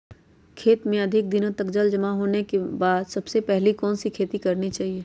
खेत में अधिक दिनों तक जल जमाओ होने के बाद सबसे पहली कौन सी खेती करनी चाहिए?